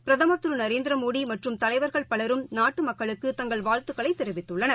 பிரதமர் திருநரேந்திரமோடிமற்றும் தலைவர்கள் பலரும் நாட்டுமக்களுக்கு தங்கள் வாழ்த்துக்களைத் தெரிவித்துள்ளனர்